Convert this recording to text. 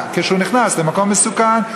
כשהוא נכנס למקום מסוכן,